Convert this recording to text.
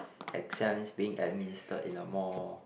exams being administered in a more